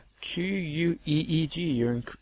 Q-U-E-E-G